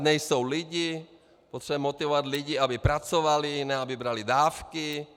Nejsou lidi, potřebujeme motivovat lidi, aby pracovali, ne aby brali dávky.